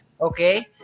okay